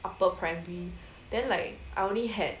upper primary then like I only had